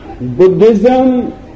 Buddhism